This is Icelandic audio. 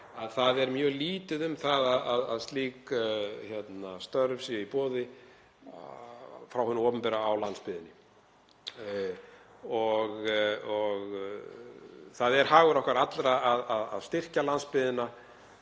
að það er mjög lítið um að slík störf séu í boði frá hinu opinbera á landsbyggðinni. Það er hagur okkar allra að styrkja landsbyggðina